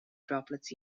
droplets